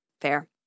Fair